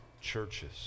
churches